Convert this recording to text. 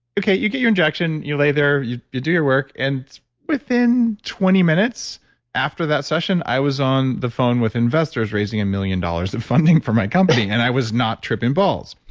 okay, you get your injection, you lay there, you you do your work. and within twenty minutes after that session, i was on the phone with investors raising a million dollars of funding for my company, and i was not tripping balls,